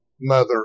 mother